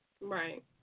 Right